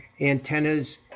antennas